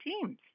teams